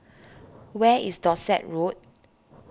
where is Dorset Road